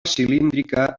cilíndrica